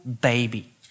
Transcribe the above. baby